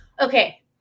Okay